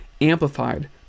amplified